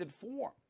form